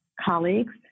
colleagues